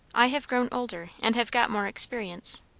i have grown older, and have got more experience.